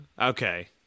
okay